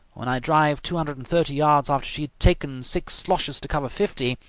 when i drive two hundred and thirty yards after she had taken six sloshes to cover fifty,